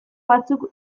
batzuk